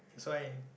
that's why